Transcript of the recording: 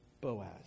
Boaz